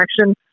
action